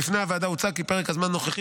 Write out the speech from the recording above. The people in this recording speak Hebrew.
בפני הוועדה הוצג כי פרק הזמן הנוכחי